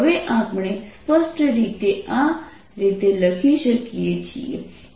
હવે આપણે સ્પષ્ટ રીતે આ રીતે લખી શકીએ છીએ